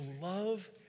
love